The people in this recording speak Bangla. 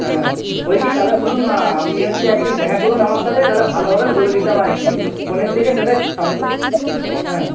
হ্যাঁ বলছি তাহলে শুনুন না আপনি হচ্ছে একদিন দেখা করুন আমার সাথে তাহলে ভালোভাবে বলে দিতাম আর কি ফোনের থেকে সেটাই সামনাসামনি হ্যাঁ